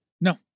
No